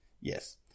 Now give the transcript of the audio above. Yes